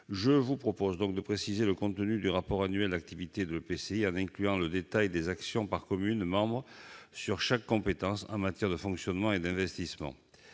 Je propose donc de préciser le contenu du rapport annuel d'activité de l'EPCI en y incluant le détail des actions par commune membre, pour chaque compétence, en matière de fonctionnement et d'investissement.